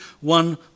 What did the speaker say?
one